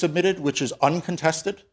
submitted which is uncontested